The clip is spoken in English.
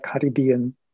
Caribbean